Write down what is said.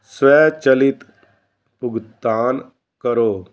ਸਵੈਚਲਿਤ ਭੁਗਤਾਨ ਕਰੋ